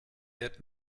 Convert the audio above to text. yet